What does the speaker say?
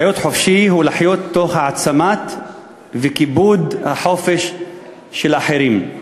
להיות חופשי הוא לחיות תוך העצמה וכיבוד החופש של אחרים".